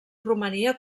romania